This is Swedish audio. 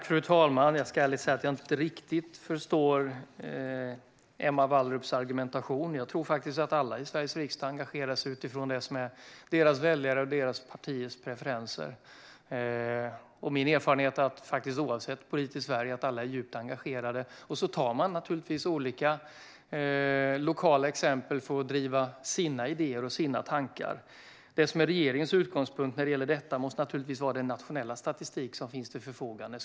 Fru talman! Jag ska ärligt säga att jag inte riktigt förstår Emma Wallrups argumentation. Jag tror faktiskt att alla i Sveriges riksdag engagerar sig utifrån det som är deras väljares och deras partiers preferenser. Min erfarenhet är faktiskt att alla, oavsett politisk färg, är djupt engagerade. Sedan tar man naturligtvis olika lokala exempel för att driva sina idéer och tankar. Regeringens utgångspunkt när det gäller detta måste naturligtvis vara den nationella statistik som finns till förfogande.